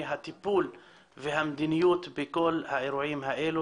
הטיפול והמדיניות בכל האירועים האלה,